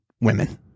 women